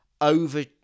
over